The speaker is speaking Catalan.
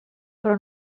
però